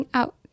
out